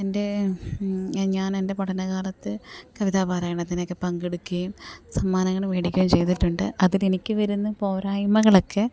എൻ്റെ ഞാനെൻ്റെ പഠന കാലത്ത് കവിതാ പാരായണത്തിനൊക്കെ പങ്കെടുക്കുകയും സമ്മാനങ്ങൾ മേടിക്കുകയും ചെയ്തിട്ടുണ്ട് അതിനെനിക്ക് വരുന്ന പോരായ്മകളൊക്കെ